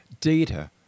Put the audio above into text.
data